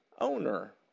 owner